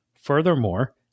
Furthermore